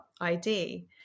ID